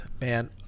man